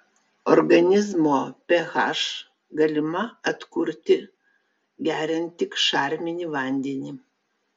organizmo ph galima atkurti geriant tik šarminį vandenį